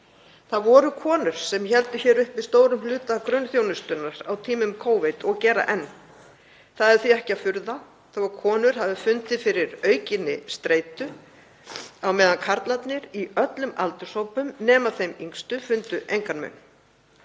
Það voru konur sem héldu hér uppi stórum hluta grunnþjónustunnar á tímum Covid og gera enn. Það er því ekki furða þó að konur hafi fundið fyrir aukinni streitu á meðan karlarnir í öllum aldurshópum nema þeim yngstu fundu engan mun.